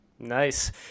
Nice